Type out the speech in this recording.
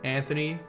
Anthony